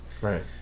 Right